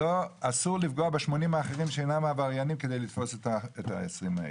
אסור לפגוע ב-80 האחרים שאינם העבריינים כדי לתפוס את ה-20 האלו.